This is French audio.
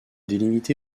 délimité